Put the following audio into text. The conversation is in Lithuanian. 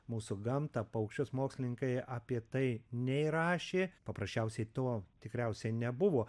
mūsų gamtą paukščius mokslininkai apie tai nei rašė paprasčiausiai to tikriausia nebuvo